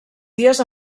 dies